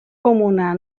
comuna